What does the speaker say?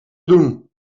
doen